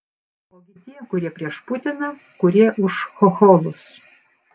ogi tie kurie prieš putiną kurie už chocholus